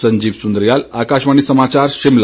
संजीव सुंद्रियाल आकाशवाणी समाचार शिमला